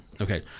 Okay